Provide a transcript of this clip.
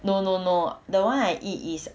no no no the one I eat is